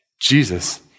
Jesus